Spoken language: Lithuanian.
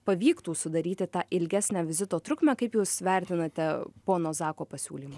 pavyktų sudaryti tą ilgesnę vizito trukmę kaip jūs vertinate pono zako pasiūlymą